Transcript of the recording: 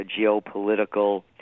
geopolitical